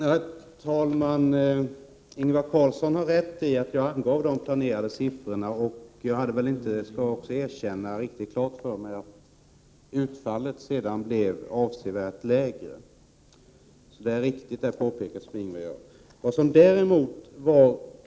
Herr talman! Ingvar Karlsson i Bengtsfors har rätt i att jag angav de planerade siffrorna. Jag skall också erkänna att jag inte hade riktigt klart för mig att utfallet blev avsevärt lägre. Ingvar Karlssons påpekande är alltså riktigt.